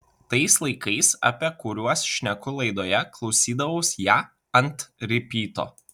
tais laikais apie kuriuos šneku laidoje klausydavaus ją ant ripyto